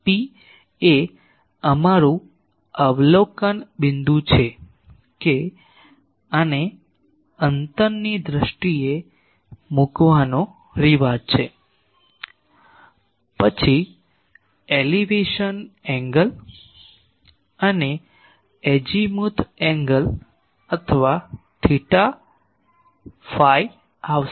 P એ અમારું અવલોકન બિંદુ છે કે આને અંતરની દ્રષ્ટિએ મૂકવાનો રિવાજ છે પછી એલિવેશન એન્ગલ અને એઝિમુથ એન્ગલ અથવા થિટા ફાઇ આવશે